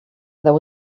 there